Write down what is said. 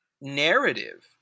narrative